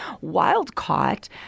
Wild-caught